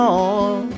on